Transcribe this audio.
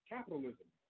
Capitalism